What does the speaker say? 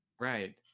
right